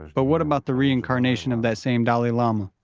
but what about the reincarnation of that same dalai lama?